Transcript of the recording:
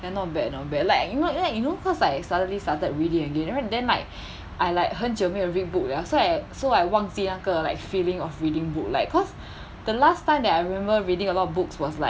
ya not bad not bad like you know you know you know cause I suddenly started reading again and then like I like 很久没有 read book 了 so I so I 忘记那个 like feeling of reading book like cause the last time that I remember reading a lot of books was like